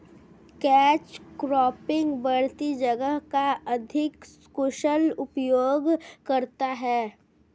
catch cropping बढ़ती जगह का अधिक कुशल उपयोग करता है